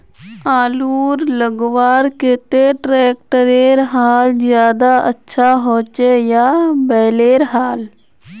आलूर लगवार केते ट्रैक्टरेर हाल ज्यादा अच्छा होचे या बैलेर हाल?